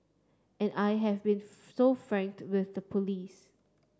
and I have been so frank with the police